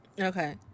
Okay